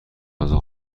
غذا